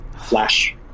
flash